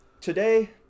today